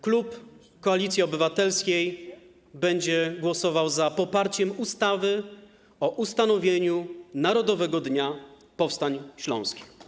Klub Koalicji Obywatelskiej będzie głosował za poparciem ustawy o ustanowieniu Narodowego Dnia Powstań Śląskich.